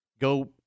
go